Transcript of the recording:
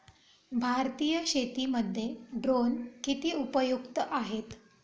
भारतीय शेतीमध्ये ड्रोन किती उपयुक्त आहेत?